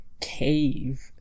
cave